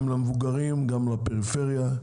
גם למבוגרים, גם לפריפריה,